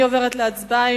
אני עוברת להצבעה.